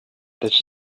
this